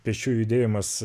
pėsčių judėjimas